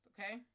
Okay